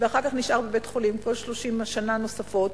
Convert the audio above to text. ואחר כך נשאר בבית-חולים 30 שנה נוספות,